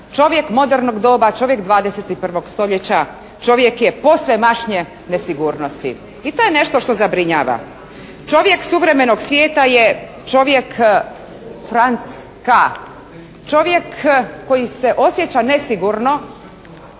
čovjek modernog doba, čovjek 21. stoljeća čovjek je posvemašnje nesigurnosti i to je nešto što zabrinjava. Čovjek suvremenog svijeta je čovjek Franc K. Čovjek koji se osjeća nesigurno